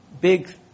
big